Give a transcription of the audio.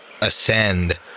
ascend